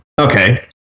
Okay